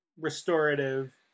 restorative